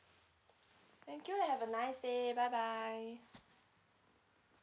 thank you have a nice day bye bye